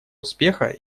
успеха